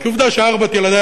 כי עובדה שארבעת ילדי,